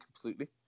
completely